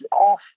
off